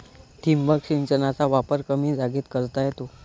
ठिबक सिंचनाचा वापर कमी जागेत करता येतो